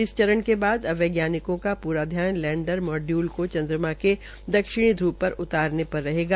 इस चरण के बाद अब वैज्ञानिकों को पूरा ध्यान लैंडर मोडयूल को चन्द्रमा के दक्षिणी ध्व पर उतारने पर रहेगा